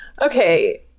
Okay